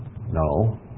No